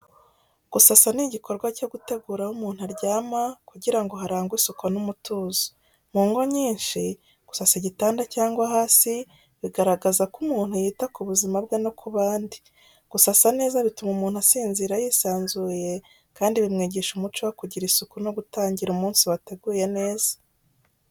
Gusasa ni igikorwa cyo gutegura aho umuntu aryama kugira ngo harangwe isuku n’umutuzo. Mu ngo nyinshi, gusasa igitanda cyangwa hasi bigaragaza ko umuntu yita ku buzima bwe no ku bandi. Gusasa neza bituma umuntu asinzira yisanzuye kandi bimwigisha umuco wo kugira isuku no gutangira umunsi wateguye neza.